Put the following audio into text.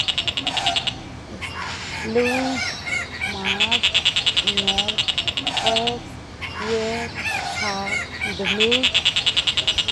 lunx mart mierk juebs biern sabd ndeming